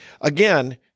Again